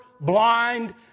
blind